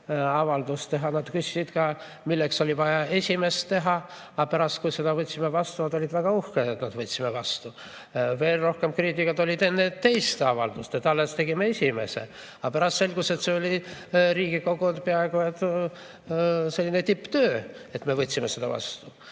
avaldust teha, küsisid ka, milleks oli vaja esimest teha, aga pärast, kui me selle vastu võtsime, olid nad väga uhked, et me võtsime selle vastu. Veel rohkem kriitikat oli enne teist avaldust, sest alles tegime esimese. Aga pärast selgus, et see oli Riigikogu peaaegu selline tipptöö, et võtsime selle vastu. Aga